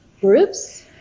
groups